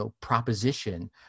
proposition